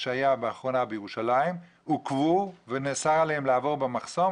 שהיה לאחרונה בירושלים ונאסר עליהם לעבור במחסום,